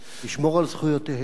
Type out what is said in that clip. לשמור על זכויותיהם,